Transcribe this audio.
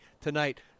tonight